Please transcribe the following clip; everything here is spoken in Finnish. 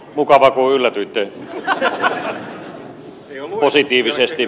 mukavaa kun yllätyitte positiivisesti